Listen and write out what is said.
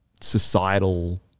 societal